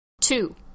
two